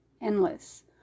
Endless